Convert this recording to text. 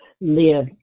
live